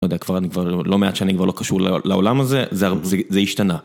לא יודע, כבר אני כבר, לא מעט שאני כבר לא קשור לעולם הזה, זה השתנה.